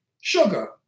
Sugar